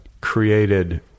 created